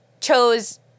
chose